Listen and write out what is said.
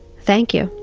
thank you.